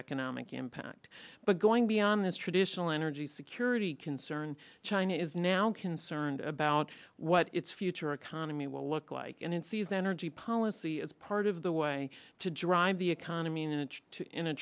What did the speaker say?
economic impact but going beyond this traditional energy security concern china is now concerned about what its future economy will look like and in season energy policy as part of the way to drive the economy niche in a